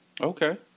Okay